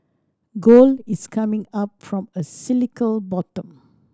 gold is coming up from a cyclical bottom